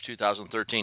2013